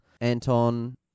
Anton